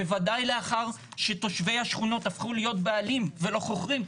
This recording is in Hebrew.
בוודאי לאחר שתושבי השכונות הפכו להיות בעלים ולא חוכרים,